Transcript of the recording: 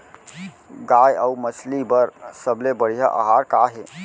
गाय अऊ मछली बर सबले बढ़िया आहार का हे?